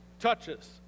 touches